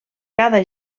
cada